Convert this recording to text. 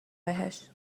بهش